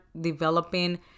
developing